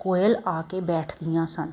ਕੋਇਲ ਆ ਕੇ ਬੈਠਦੀਆਂ ਸਨ